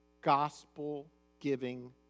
gospel-giving